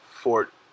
Fort